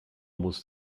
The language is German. muss